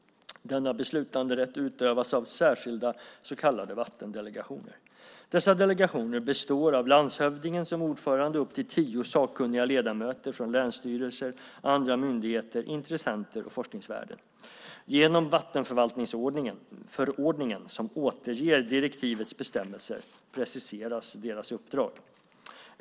Denna beslutanderätt utövas av särskilda så kallade vattendelegationer. Dessa delegationer består av landshövdingen som ordförande och upp till tio sakkunniga ledamöter från länsstyrelser, andra myndigheter, intressenter och forskningsvärlden. Genom vattenförvaltningsförordningen, som återger direktivets bestämmelser, preciseras deras uppdrag.